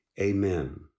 Amen